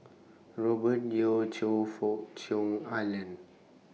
Robert Yeo Choe Fook Cheong Alan